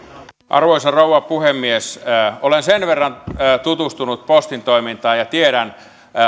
arvoisa rouva puhemies olen sen verran tutustunut postin toimintaan että tiedän